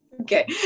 okay